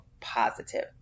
positive